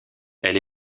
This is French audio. elle